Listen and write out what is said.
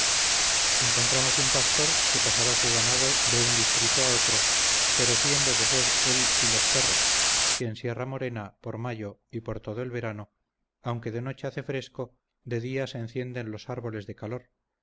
encontramos un pastor que pasaba su ganado de un distrito a otro pereciendo de sed él y los perros que en sierra-morena por mayo y por todo el verano aunque de noche hace fresco de día se encienden los árboles de calor